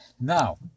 now